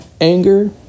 Anger